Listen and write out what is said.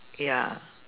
ya